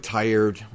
tired